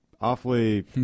awfully